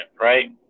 right